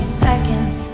seconds